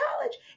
college